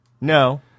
No